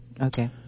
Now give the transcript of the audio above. Okay